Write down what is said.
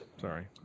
Sorry